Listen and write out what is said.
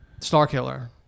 Starkiller